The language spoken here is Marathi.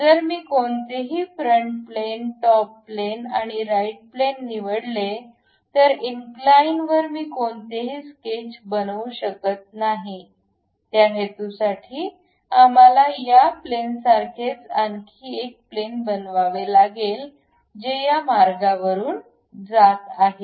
जर मी कोणतेही फ्रंट प्लॅन टॉप प्लॅन आणि राईट प्लॅन निवडले तर इन क लाईन वर मी कोणतेही सकॅच बनवू शकत नाही या हेतूसाठी आम्हाला या प्लॅन सारखेच आणखी एक प्लॅन बनवावे लागेल जे या मार्गावरुन जात आहे